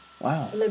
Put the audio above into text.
Wow